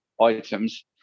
items